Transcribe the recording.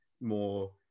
more